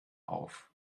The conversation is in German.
auf